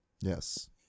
Yes